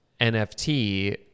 NFT